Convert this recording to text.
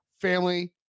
family